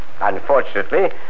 Unfortunately